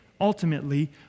ultimately